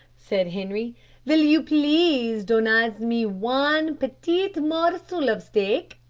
said henri vill you please donnez me one petit morsel of steak.